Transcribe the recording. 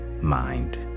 mind